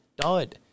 Dud